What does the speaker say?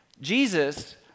Jesus